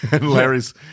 Larry's